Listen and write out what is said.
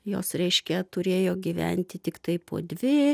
jos reiškia turėjo gyventi tiktai po dvi